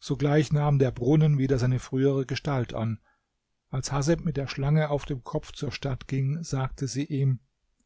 sogleich nahm der brunnen wieder seine frühere gestalt an als haseb mit der schlange auf dem kopf zur stadt ging sagte sie ihm